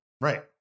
Right